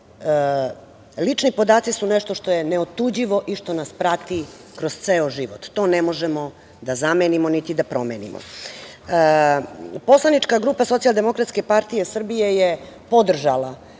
lični podaci su nešto što je neotuđivo i što nas prati kroz ceo život. To ne možemo da zamenimo, niti da promenimo, Poslanička grupa SDPS je podržala